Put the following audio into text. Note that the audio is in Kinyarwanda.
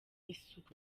isuku